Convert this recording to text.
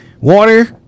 water